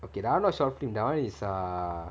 okay lah not short film that [one] is err